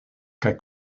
kaj